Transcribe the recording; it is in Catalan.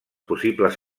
possibles